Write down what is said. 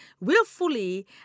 willfully